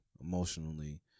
emotionally